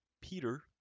peter